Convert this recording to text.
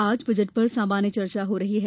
आज बजट पर सामान्य चर्चा हो रही है